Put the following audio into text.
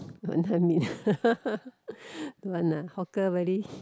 Wanton-Mian don't want uh hawker very